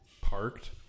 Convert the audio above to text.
parked